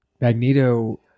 Magneto